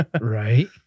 Right